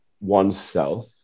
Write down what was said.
oneself